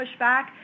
pushback